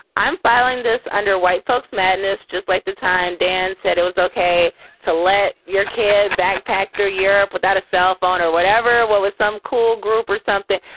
i'm filing this under white folks madness. just like the time dan said it was ok to let your kid backpacker europe without a cell phone or whatever. what was some cool group or something?